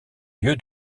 lieu